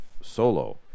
solo